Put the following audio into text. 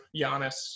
Giannis